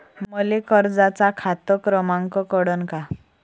मले कर्जाचा खात क्रमांक कळन का?